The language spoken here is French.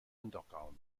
underground